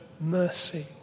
mercy